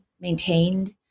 maintained